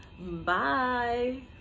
Bye